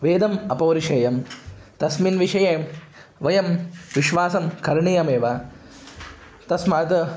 वेदम् अपौरुषेयं तस्मिन् विषये वयं विश्वासं करणीयमेव तस्माद्